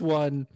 one